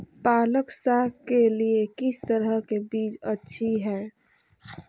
पालक साग के लिए किस तरह के बीज अच्छी है?